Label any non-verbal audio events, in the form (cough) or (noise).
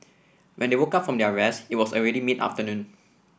when they woke up from their rest it was already mid afternoon (noise)